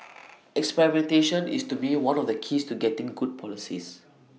experimentation is to me one of the keys to getting good policies